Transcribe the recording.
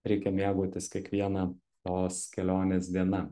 reikia mėgautis kiekviena tos kelionės diena